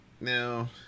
Now